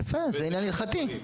יפה, זה עניין הלכתי.